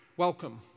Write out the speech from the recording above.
Welcome